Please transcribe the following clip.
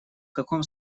каком